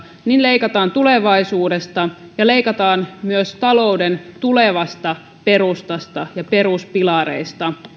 leikataan tulevaisuudesta ja leikataan myös talouden tulevasta perustasta ja peruspilareista